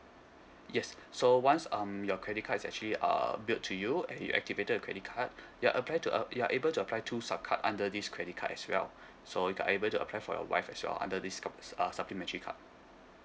yes so once um your credit card is actually uh billed to you and you activated the credit card you are apply to up you are able to apply two sub card under this credit card as well so you're able to apply for your wife as well under this uh supplementary card